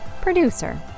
producer